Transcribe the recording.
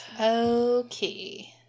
Okay